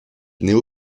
néo